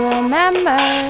Remember